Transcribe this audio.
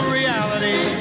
reality